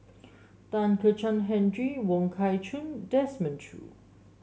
Kezhan Henri Wong Kah Chun Desmond Choo